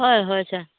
হয় হয় ছাৰ